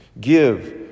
Give